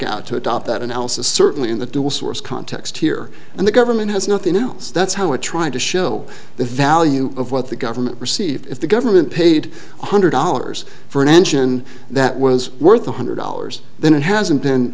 out to adopt that analysis certainly in the dual source context here and the government has nothing else that's how it tried to show the value of what the government received if the government paid one hundred dollars for an engine that was worth one hundred dollars then it hasn't been